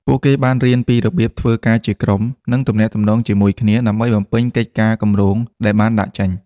ពួកគេបានរៀនពីរបៀបធ្វើការជាក្រុម និងទំនាក់ទំនងជាមួយគ្នាដើម្បីបំពេញកិច្ចការគម្រោងដែលបានដាក់ចេញ។